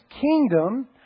kingdom